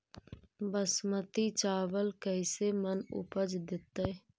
बासमती चावल कैसे मन उपज देतै?